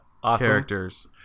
Characters